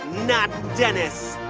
not dennis.